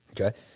okay